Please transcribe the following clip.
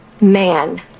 man